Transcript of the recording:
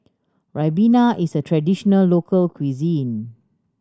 Ribena is a traditional local cuisine